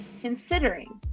considering